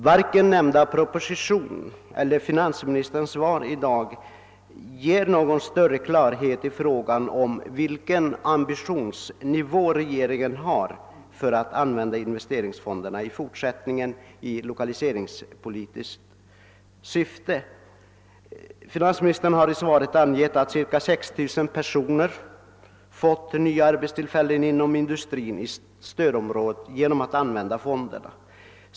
Varken nämnda proposition eller finansministerns svar i dag ger någon större klarhet i frågan om vilken ambitionsnivå regeringen har när det gäller investeringsfondernas användning i lokaliseringspolitiskt syfte i fortsättningen. Finansministern har i svaret angivit att nya arbetstillfällen skapats för ca 6 000 personer inom industrin genom användning av fonderna.